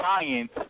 science